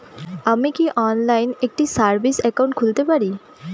আমি কি অনলাইন একটি সেভিংস একাউন্ট খুলতে পারি?